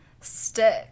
stick